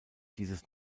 dieses